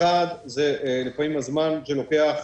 אחד, זה לפעמים הזמן שלוקח